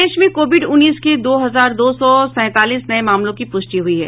प्रदेश में कोविड उन्नीस के दो हजार दो सौ सैंतालीस नये मामलों की पुष्टि हुई है